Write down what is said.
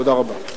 תודה רבה.